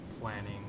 planning